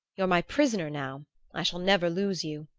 you're my prisoner now i shall never lose you.